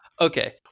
okay